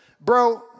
bro